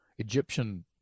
Egyptian